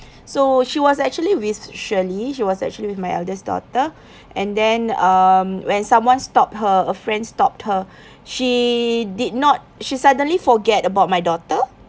so she was actually with shirley she was actually with my eldest daughter and then um when someone stopped her a friend stopped her she did not she suddenly forget about my daughter